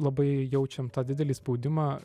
labai jaučiam tą didelį spaudimą